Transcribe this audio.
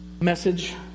message